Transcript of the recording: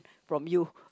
from you